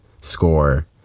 score